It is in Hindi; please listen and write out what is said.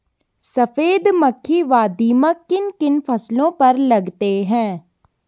सफेद मक्खी व दीमक किन किन फसलों पर लगते हैं?